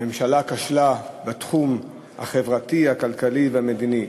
הממשלה כשלה בתחום החברתי, הכלכלי והמדיני.